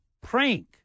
prank